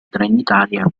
trenitalia